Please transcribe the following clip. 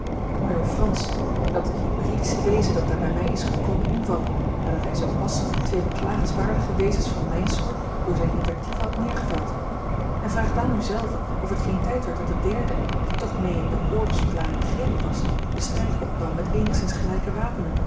majoor frans dat hybridische wezen dat daar bij mij is komen invallen nadat hij zoo pas twee beklagenswaardige wezens van mijn soort door zijn invectieven had neergeveld en vraag dan u zelve of het geen tijd werd dat de derde die toch mee in de oorlogsverklaring begrepen was den strijd opnam met eenigszins gelijke wapenen